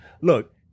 look